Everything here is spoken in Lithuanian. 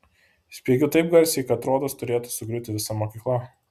spiegiu taip garsiai kad rodos turėtų sugriūti visa mokykla